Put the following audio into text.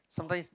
sometimes